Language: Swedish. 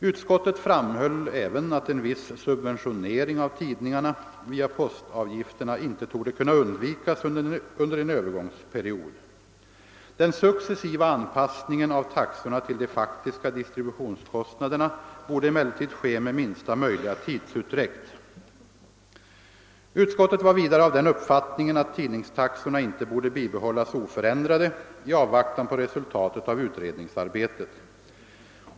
Utskottet framhöll även att en viss subventionering av tidningarna via postavgifterna inte torde kunna undvikas under en övergångsperiod. Den successiva anpassningen av taxorna till de faktiska distributionskostnaderna borde emellertid ske med minsta möjliga tidsutdräkt. Utskottet var vidare av den uppfattningen, att tidningstaxorna inte borde bibehållas oförändrade i avvaktan på resultatet av utredningsarbetet.